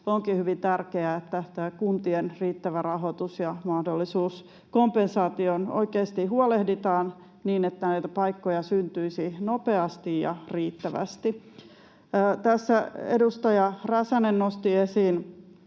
onkin hyvin tärkeää, että kuntien riittävä rahoitus ja mahdollisuus kompensaatioon oikeasti huolehditaan niin, että näitä paikkoja syntyisi nopeasti ja riittävästi. Tässä edustaja Räsänen nosti esiin